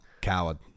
Coward